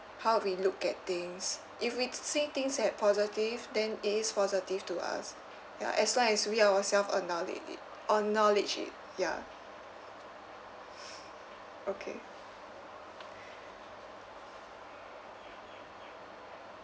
how we look at things if we see things at positive then it is positive to us ya as long as we ourselves acknowled~ it acknowledge it ya okay